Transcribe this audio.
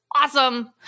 awesome